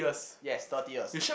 yes thirty years